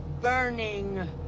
Burning